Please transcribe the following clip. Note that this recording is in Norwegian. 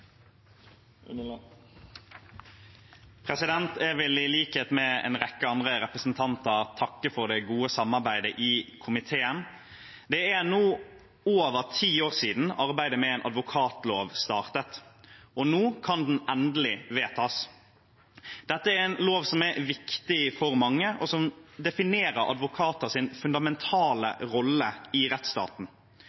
representanter, takke for det gode samarbeidet i komiteen. Det er over ti år siden arbeidet med en advokatlov startet, og nå kan den endelig vedtas. Dette er en lov som er viktig for mange, og som definerer advokaters fundamentale